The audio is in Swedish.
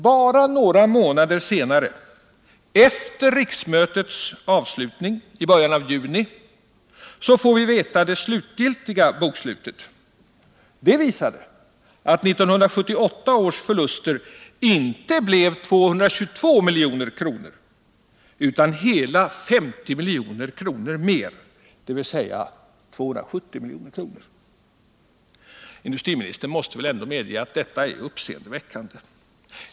Bara några månader senare — efter riksmötets avslutning i början av juni — får vi veta att det slutgiltiga bokslutet visade att 1978 års förlust inte blev 222 milj.kr. utan nästan hela 50 miljoner mer, dvs. 270 milj.kr. Industriministern måste väl ändå medge att detta är uppseendeväckande.